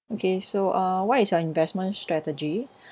okay so uh what is your investment strategy